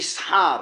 מסחר.